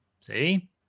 see